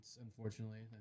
unfortunately